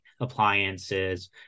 appliances